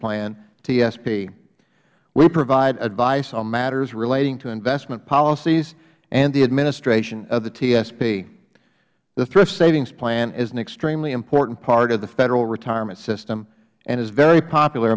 tsp we provide advice on matters relating to investment policies and the administration of the tsp the thrift savings plan is an extremely important part of the federal retirement system and is very popular